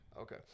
Okay